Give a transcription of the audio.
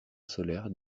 solaire